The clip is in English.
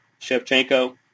Shevchenko